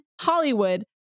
Hollywood